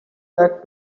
back